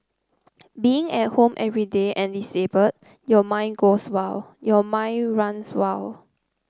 being at home every day and disabled your mind goes wild your mind runs wild